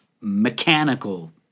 mechanical